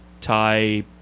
tie